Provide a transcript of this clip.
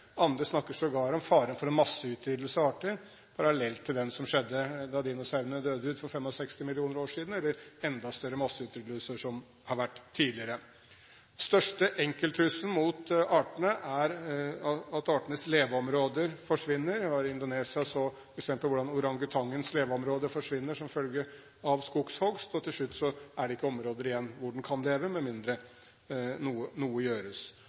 Andre snakker sågar om faren for en masseutryddelse av arter, en parallell til den som skjedde da dinosaurene døde ut for 65 millioner år siden, eller enda større masseutryddelser, som har vært tidligere. Den største enkelttrusselen mot artene er at artenes leveområder forsvinner. I Indonesia ser vi hvordan orangutangens leveområder forsvinner som følge av skogshogst, og til slutt er det ikke områder igjen hvor den kan leve med mindre noe gjøres.